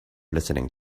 listening